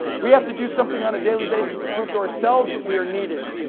we have to do something on a daily basis to prove to ourselves that we are needed.